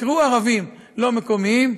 תקראו "ערבים", לא "מקומיים".